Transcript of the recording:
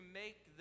make